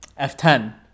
F10